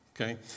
okay